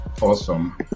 Awesome